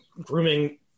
grooming